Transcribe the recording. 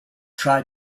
try